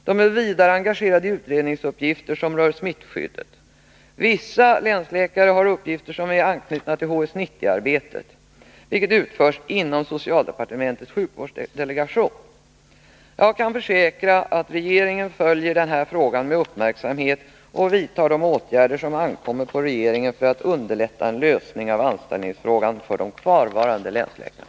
De är vidare engagerade i utredningsuppgifter som rör smittskyddet. Vissa länsläkare har uppgifter som är anknutna till HS 90-arbetet , vilket utförs inom socialdepartementets sjukvårdsdelegation. Jag kan försäkra att regeringen följer denna fråga med uppmärksamhet och vidtar de åtgärder som ankommer på regeringen för att underlätta en lösning av anställningsfrågan för de kvarvarande länsläkarna.